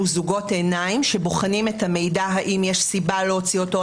זוגות עיניים שבוחנים את המידע האם יש סיבה להוציא אותו,